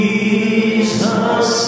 Jesus